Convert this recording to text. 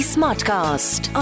Smartcast